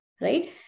right